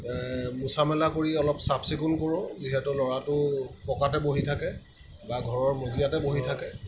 মোচা মেলা কৰি অলপ চাফ চিকুণ কৰোঁ যিহেতু ল'ৰাটো পকাতে বহি থাকে বা ঘৰৰ মজিয়াতে বহি থাকে